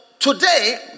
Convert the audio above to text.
Today